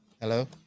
hello